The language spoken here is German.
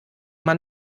man